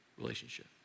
relationship